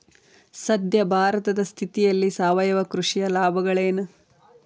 ಸದ್ಯ ಭಾರತದ ಸ್ಥಿತಿಯಲ್ಲಿ ಸಾವಯವ ಕೃಷಿಯ ಲಾಭಗಳೇನು?